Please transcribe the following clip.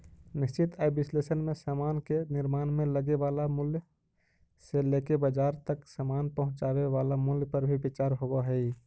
निश्चित आय विश्लेषण में समान के निर्माण में लगे वाला मूल्य से लेके बाजार तक समान पहुंचावे वाला मूल्य पर भी विचार होवऽ हई